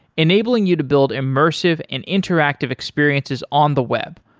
enabling you to build immersive and interactive experiences on the web,